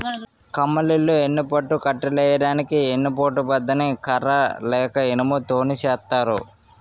కమ్మలిల్లు యెన్నుపట్టి కట్టులెయ్యడానికి ఎన్ని పోటు బద్ద ని కర్ర లేక ఇనుము తోని సేత్తారు